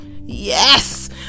yes